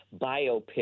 biopic